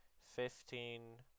fifteen